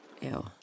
Ew